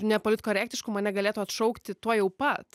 nepolitkorektiškų mane galėtų atšaukti tuojau pat